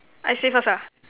I say first ah